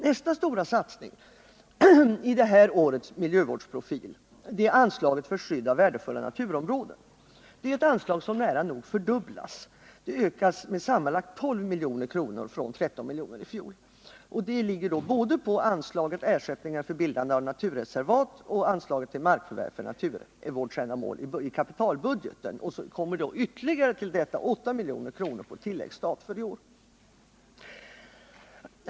Nästa stora satsning i det här årets miljövårdsprofil är anslaget till skydd av värdefulla naturområden. Det är ett anslag som nära nog fördubblas; det ökas med sammanlagt 12 milj.kr. från 13 milj.kr. i fjol. Det ligger både i anslaget Ersättningar vid bildande av naturreservat m.m. och anslaget till markförvärv för naturvårdsändamål i kapitalbudgeten. Till detta kommer nu ytterligare 8 milj.kr. på tilläggsstat för i år.